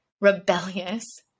rebellious